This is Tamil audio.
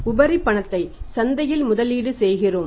எனவே உபரி பணத்தை சந்தையில் முதலீடு செய்கிறோம்